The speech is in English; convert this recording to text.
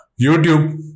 YouTube